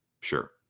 sure